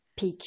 PQ